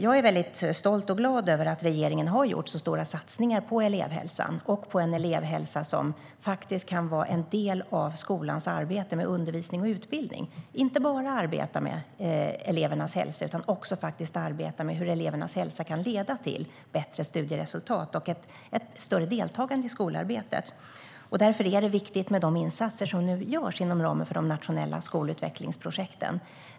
Jag är mycket stolt och glad över att regeringen har gjort så stora satsningar på elevhälsan, en elevhälsa som faktiskt kan vara en del av skolans arbete med undervisning och utbildning. Man ska inte bara arbeta med elevernas hälsa utan också med hur elevernas hälsa kan leda till bättre studieresultat och ett större deltagande i skolarbetet. Därför är det viktigt med de insatser som nu görs inom ramen för de nationella skolutvecklingsprojekten.